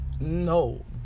No